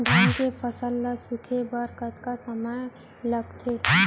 धान के फसल ल सूखे बर कतका समय ल लगथे?